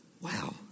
Wow